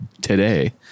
today